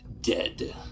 dead